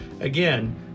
Again